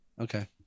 Okay